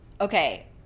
okay